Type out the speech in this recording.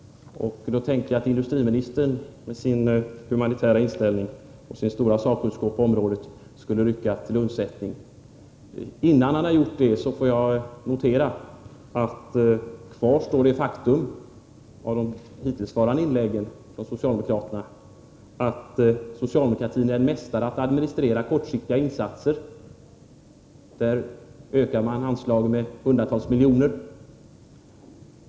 Industriministern med sin humanitära inställning och sin stora sakkunskap på området skulle kanske kunna rycka in till undsättning. Innan industriministern har gjort det får jag notera det faktum att kvar efter de hittillsvarande socialdemokratiska inläggen står att socialdemokraterna är mästare på att administrera kortsiktiga insatser. De ökar anslaget med hundratals miljoner.